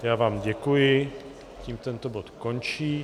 Já vám děkuji, tím tento bod končí.